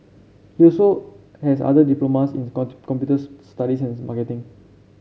he also has other diplomas in computer studies and marketing